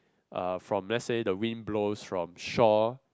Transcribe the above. uh from let's say the wind blows from shore